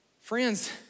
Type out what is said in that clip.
Friends